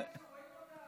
אתה תמיד פה.